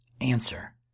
Answer